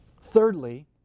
Thirdly